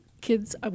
Kids